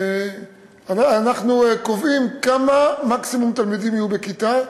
אנחנו קובעים כמה יהיה מקסימום התלמידים בכיתה,